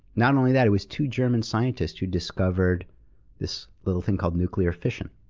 not only that, it was two german scientists who discovered this little thing called nuclear fission.